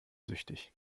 süchtig